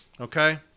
Okay